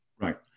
right